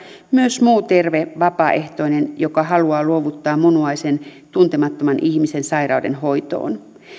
myös muu terve vapaaehtoinen joka haluaa luovuttaa munuaisen tuntemattoman ihmisen sairaudenhoitoon